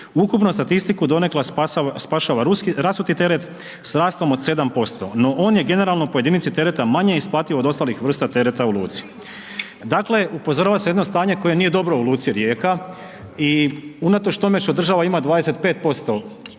Ukupnu statistiku donekle spašava rasuti teret s rastom od 7%, no on je generalno po jedinici tereta manje isplativ od ostalih vrsta tereta u luci. Dakle, upozorava se na jedno stanje koje nije dobro u luci Rijeka i unatoč tome što država ima 25%